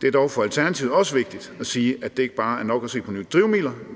Det er dog for Alternativet også vigtigt at sige, at det ikke bare er nok at se på nye